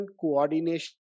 coordination